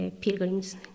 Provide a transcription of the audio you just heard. pilgrims